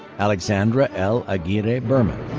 alexandra l. aguirre-berman.